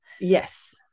Yes